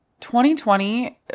2020